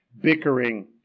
bickering